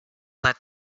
that